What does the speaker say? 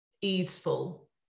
easeful